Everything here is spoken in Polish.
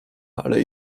ale